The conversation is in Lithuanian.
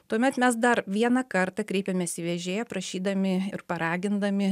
tuomet mes dar vieną kartą kreipiamės į vežėją prašydami ir paragindami